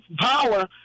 power